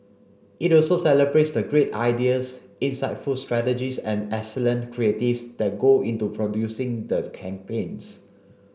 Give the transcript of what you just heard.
it also celebrates the great ideas insightful strategies and excellent creatives that go into producing the campaigns